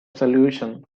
solution